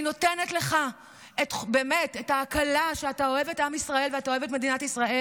אני נותנת לך את ההקלה שאתה אוהב את עם ישראל ואתה אוהב את מדינת ישראל.